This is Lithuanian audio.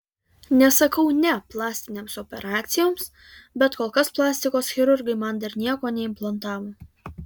nesakau ne plastinėms operacijoms bet kol kas plastikos chirurgai man dar nieko neimplantavo